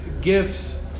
gifts